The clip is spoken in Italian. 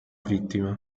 vittima